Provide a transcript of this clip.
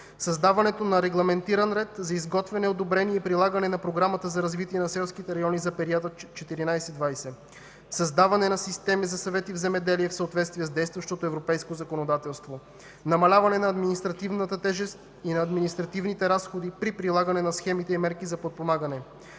Създаване на регламентиран ред за изготвяне, одобрение и прилагане на Програмата за развитие на селските райони за периода 2014 – 2020. Създаване на системи за съвети в земеделието в съответствие с действащото европейско законодателство. Намаляване на административната тежест и административните разходи при прилагане на схемите и мерки за подпомагане.